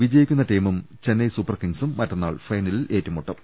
വിജയി ക്കുന്ന ടീമും ചെന്നൈ സൂപ്പർകിംഗ്സും മറ്റന്നാൾ ഫൈനലിൽ ഏറ്റുമുട്ടും